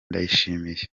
ndayishimiye